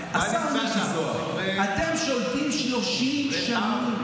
השר מיקי זוהר, אתם שולטים 30 שנים.